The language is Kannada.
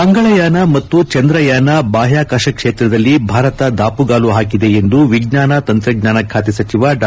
ಮಂಗಳಯಾನ ಮತ್ತು ಚಂದ್ರಯಾನ ಬಾಹ್ಯಾಕಾಶ ಕ್ಷೇತ್ರದಲ್ಲಿ ಭಾರತ ದಾಪುಗಾಲು ಹಾಕಿದೆ ಎಂದು ವಿಜ್ಞಾನ ತಂತ್ರಜ್ಞಾನ ಖಾತೆ ಸಚಿವ ಡಾ